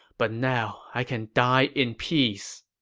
but now, i can die in peace.